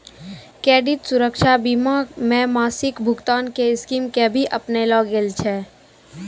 credit सुरक्षा बीमा मे मासिक भुगतान के स्कीम के भी अपनैलो गेल छै